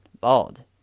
bald